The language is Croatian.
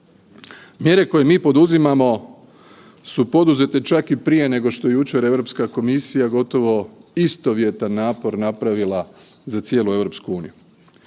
Mjere koje mi poduzimamo su poduzete čak i prije nego što je jučer Europska komisija gotovo istovjetan napor napravila za cijelu EU. Njihov